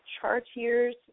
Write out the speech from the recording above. Chartier's